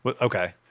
Okay